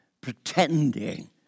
pretending